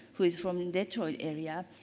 who is from detroit area,